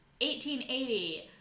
1880